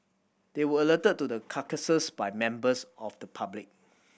they were alerted to the carcasses by members of the public